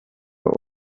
were